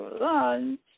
Lunch